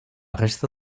resta